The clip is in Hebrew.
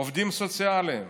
עובדים סוציאליים,